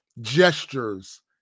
gestures